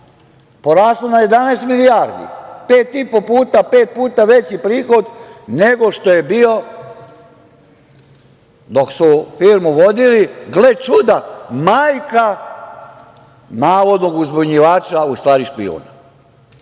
Poraslo je na 11 milijardi, pet puta veći prihod nego što je bio dok su firmu vodili, gle čuda, majka navodnog uzbunjivača, a u stvari špijuna.